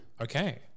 Okay